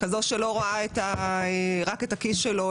כזו שלא רואה רק את הכיס שלה,